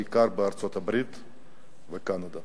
בעיקר בארצות-הברית ובקנדה.